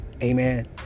Amen